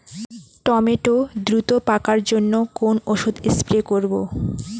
Tomato দ্রুত পাকার জন্য কোন ওষুধ স্প্রে করব?